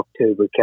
October